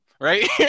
right